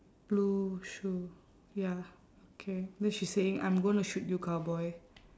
blue shoe ya okay then she's saying I'm gonna shoot you cowboy